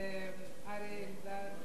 אריה אלדד,